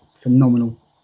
phenomenal